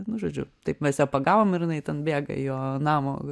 nu žodžiu taip mes ją pagavom ir jinai ten bėga jo namo